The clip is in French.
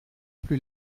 plus